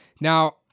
Now